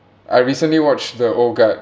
I recently watched the old guard